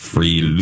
Free